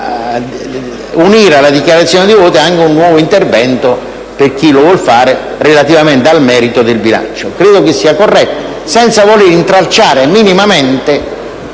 unire alla dichiarazione di voto anche un nuovo intervento - per chi lo vuol fare - relativamente al merito del bilancio. Questo credo sia corretto, senza voler intralciare minimamente